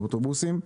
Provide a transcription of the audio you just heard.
באוטובוסים.